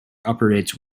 operates